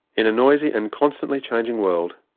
in a noisy and constantly changing world,